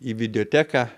į videoteką